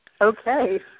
Okay